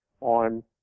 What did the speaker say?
on